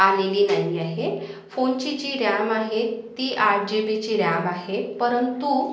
आलेली नाही आहे फोनची जी रॅम आहे ती आठ जी बीची रॅब आहे परंतु